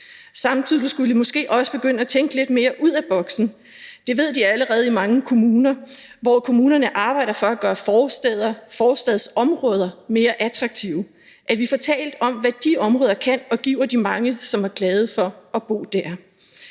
Samtidig skulle vi måske også begynde at tænke lidt mere ud af boksen – det ved de allerede i mange kommuner, hvor kommunerne arbejder for at gøre forstadsområderne mere attraktive – og få talt om, hvad de områder kan og giver de mange, som er glade for at bo dér.